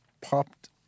popped